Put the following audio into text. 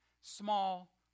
small